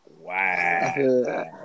Wow